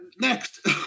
next